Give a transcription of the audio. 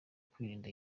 kwirinda